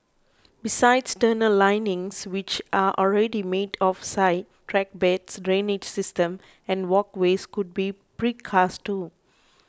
besides tunnel linings which are already made off site track beds drainage system and walkways could be precast too